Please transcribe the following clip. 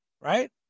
right